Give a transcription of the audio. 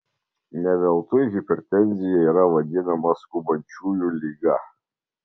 ne veltui hipertenzija yra vadinama skubančiųjų liga